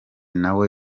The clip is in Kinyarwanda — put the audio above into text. nawe